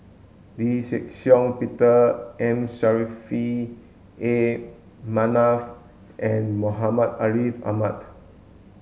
Lee Shih Shiong Peter M Saffri A Manaf and Muhammad Ariff Ahmad